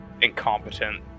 incompetent